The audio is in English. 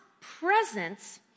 presence